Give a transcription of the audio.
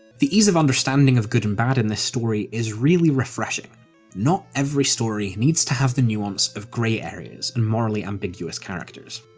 the ease of understanding of good and bad in this story is really refreshing not every story needs to have the nuance of grey areas and morally ambiguous characters.